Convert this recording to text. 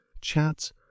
chat